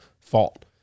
fault